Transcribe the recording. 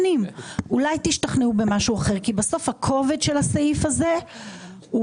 אולי תשתכנעו במשהו אחר כי בסוף הכובד של הסעיף הזה הוא